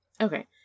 Okay